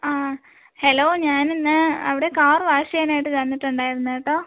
ആ ഹലോ ഞാനിന്ന് അവിടെ കാർ വാഷ് ചെയ്യാനായിട്ട് തന്നിട്ടുണ്ടാരുന്നു കേട്ടോ